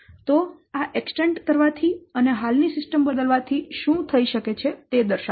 તો આ એક્સટેન્ડ કરવાથી અને હાલની સિસ્ટમ બદલવાથી શું થઈ શકે તે દર્શાવેલ છે